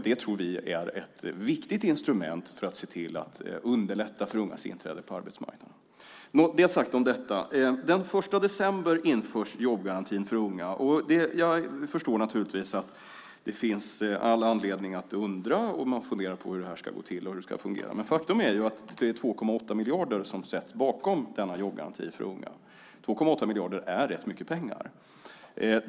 Det tror vi är ett viktigt instrument för att underlätta för ungas inträde på arbetsmarknaden. Det sagt om detta. Den 1 december införs jobbgarantin för unga. Jag förstår naturligtvis att det finns all anledning att undra hur det ska gå till och hur det ska fungera. Faktum är att det är 2,8 miljarder som sätts bakom denna jobbgaranti för unga. 2,8 miljarder är rätt mycket pengar.